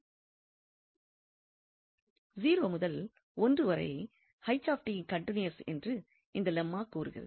0 முதல் 1 வரை கன்டினியூவஸ் என்று இந்த லெம்மா கூறுகிறது